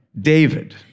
David